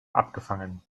abgefangen